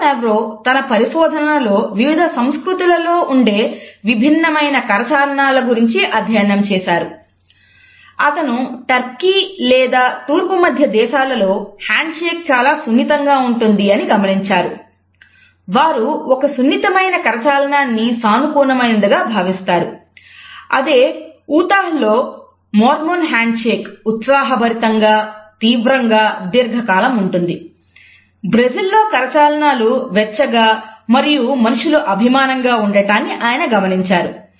జో Navarro కరచాలనాలు వెచ్చగా మరియు మనుషులు అభిమానంగా ఉండటాన్ని ఆయన గమనించారు